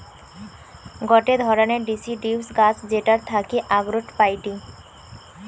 গটে ধরণের ডিসিডিউস গাছ যেটার থাকি আখরোট পাইটি